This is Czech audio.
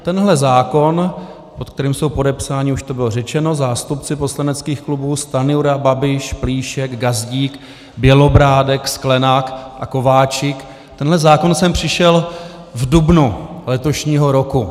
Tenhle zákon, pod kterým jsou podepsáni, už to bylo řečeno, zástupci poslaneckých klubů Stanjura, Babiš, Plíšek, Gazdík, Bělobrádek, Sklenák a Kováčik, tenhle zákon sem přišel v dubnu letošního roku.